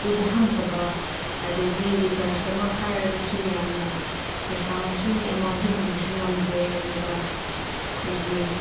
ꯎꯕ ꯐꯪꯗꯕ ꯑꯗꯒꯤ ꯔꯤꯆꯥꯔꯖꯇꯃꯛ ꯍꯥꯏꯔꯒꯁꯨ ꯌꯥꯝꯅ ꯄꯩꯁꯥꯁꯨ ꯑꯦꯃꯥꯎꯟꯁꯨ ꯌꯥꯝꯅꯁꯨ ꯌꯥꯝꯗꯦ ꯑꯗꯨꯒ ꯑꯩꯈꯣꯏꯒꯤ